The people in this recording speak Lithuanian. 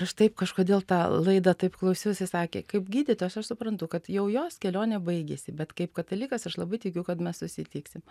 aš taip kažkodėl tą laidą taip klausiausi sakė kaip gydytojas aš suprantu kad jau jos kelionė baigėsi bet kaip katalikas aš labai tikiu kad mes susitiksim